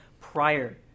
prior